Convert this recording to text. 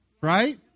right